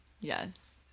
Yes